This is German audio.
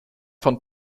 von